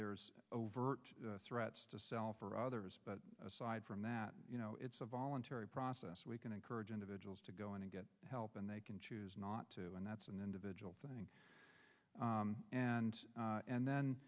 there's overt threats to self or others but aside from that you know it's a voluntary process we can encourage individuals to go and get help and they can choose not to and that's an individual thing and and